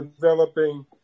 developing